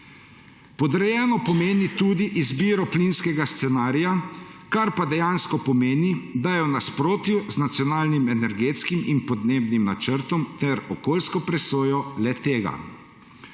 Podrejeno pomeni tudi izbiro plinskega scenarija, kar pa dejansko pomeni, da je v nasprotju z Nacionalnim energetskim in podnebnim načrtom ter okoljsko presojo le-tega.